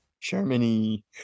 Germany